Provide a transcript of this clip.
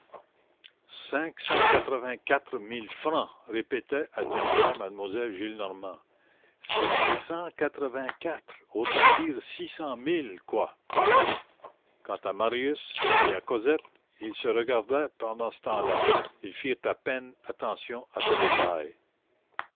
quatre-vingt-quatre mille francs répétait à demi-voix mademoiselle gillenormand cinq cent quatre-vingt-quatre autant dire six cent mille quoi quant à marius et à cosette ils se regardaient pendant ce temps-là ils firent à peine attention à ce détail